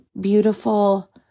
beautiful